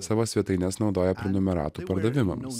savo svetaines naudoja prenumeratų pardavimams